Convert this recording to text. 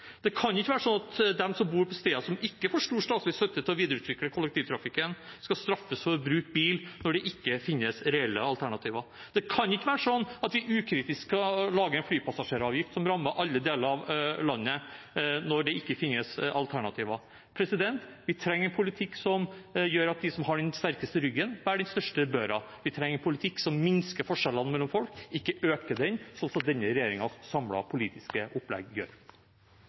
Det kan ikke være slik at de som bor på steder som ikke får stor statlig støtte til å videreutvikle kollektivtrafikken, skal straffes for å bruke bil når det ikke finnes reelle alternativer. Det kan ikke være slik at vi ukritisk skal lage en flypassasjeravgift som rammer alle deler av landet, når det ikke finnes alternativer. Vi trenger en politikk som gjør at de som har den sterkeste ryggen, bærer den største børen. Vi trenger en politikk som minsker forskjellene mellom folk, ikke øker dem, slik som denne regjeringens samlede politiske opplegg gjør.